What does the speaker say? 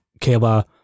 Kayla